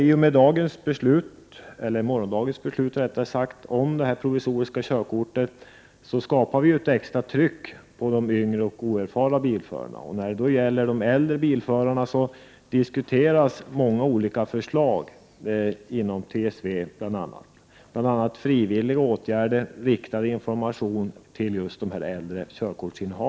I och med morgondagens beslut om provisoriskt körkort skapar vi ett extra tryck på de yngre och oerfarna bilförarna. För de äldre bilförarna diskuteras inom TSV många olika förslag, bl.a. frivilliga åtgärder och riktad information.